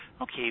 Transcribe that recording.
okay